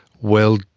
well,